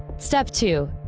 step two.